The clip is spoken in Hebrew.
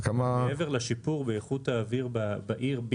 מעבר לשיפור באיכות האוויר בעיר,